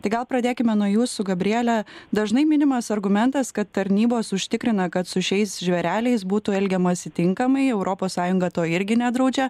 tai gal pradėkime nuo jūsų gabriele dažnai minimas argumentas kad tarnybos užtikrina kad su šiais žvėreliais būtų elgiamasi tinkamai europos sąjunga to irgi nedraudžia